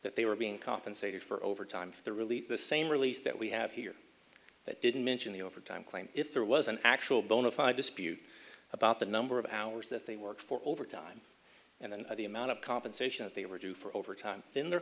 that they were being compensated for overtime for the relief the same release that we have here that didn't mention the overtime claim if there was an actual bona fide dispute about the number of hours that they work for overtime and the amount of compensation they were due for overtime then their